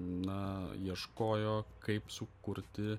na ieškojo kaip sukurti